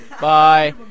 Bye